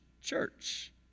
church